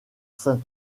saint